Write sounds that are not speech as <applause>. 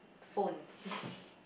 phone <breath>